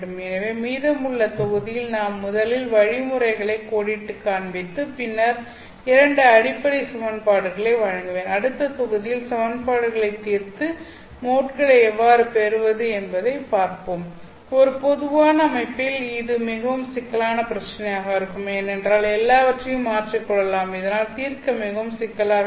எனவே மீதமுள்ள தொகுதியில் நாம் முதலில் வழிமுறைகளை கோடிட்டுக் காண்பித்து பின்னர் இரண்டு அடிப்படை சமன்பாடுகளை வழங்குவேன் அடுத்த தொகுதியில் சமன்பாடுகளை தீர்த்து மோட்களை எவ்வாறு பெறுவது என்பதை பார்ப்போம் ஒரு பொதுவான அமைப்பில் இது மிகவும் சிக்கலான பிரச்சினையாக இருக்கும் ஏனென்றால் எல்லாவற்றையும் மாற்றிக் கொள்ளலாம் இதனால் தீர்க்க மிகவும் சிக்கலாக இருக்கும்